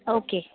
okay